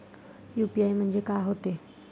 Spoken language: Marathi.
यू.पी.आय म्हणजे का होते?